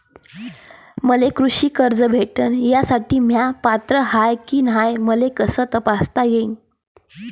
मले कृषी कर्ज भेटन यासाठी म्या पात्र हाय की नाय मले कस तपासता येईन?